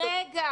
נבדקים.